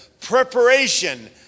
preparation